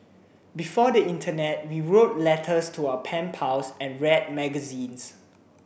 before the internet we wrote letters to our pen pals and read magazines